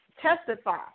testify